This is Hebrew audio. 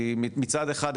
כי מצד אחד,